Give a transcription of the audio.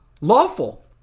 lawful